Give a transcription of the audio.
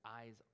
eyes